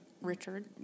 Richard